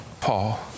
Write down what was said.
Paul